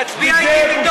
תצביע אתי מתוך